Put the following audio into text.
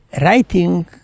writing